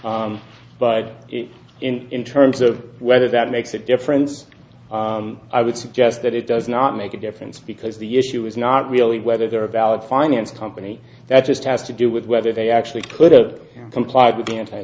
it's in in terms of whether that makes a difference i would suggest that it does not make a difference because the issue is not really whether there are valid finance company that just had to do with whether they actually could've complied with the anti